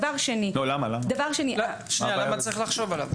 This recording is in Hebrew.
למה צריך לחשוב עליו?